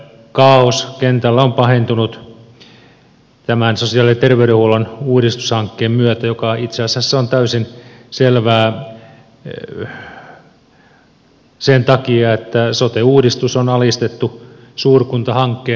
kaaos kentällä on pahentunut tämän sosiaali ja terveydenhuollon uudistushankkeen myötä mikä itse asiassa on täysin selvää sen takia että sote uudistus on alistettu suurkuntahankkeen ajamiselle